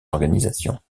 organisations